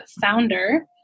founder